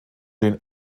den